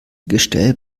gestell